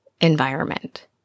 environment